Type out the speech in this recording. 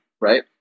right